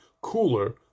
cooler